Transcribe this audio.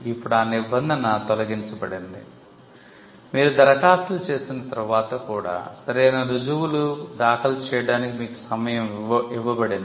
ఇప్పుడు ఆ నిబంధన తొలగించబడింది మీరు దరఖాస్తులు చేసిన తర్వాత కూడా సరైన రుజువును దాఖలు చేయడానికి మీకు సమయం ఇవ్వబడింది